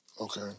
Okay